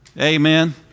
Amen